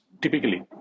typically